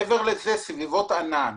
מעבר לזה, סביבות ענן